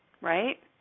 right